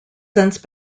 since